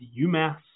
UMass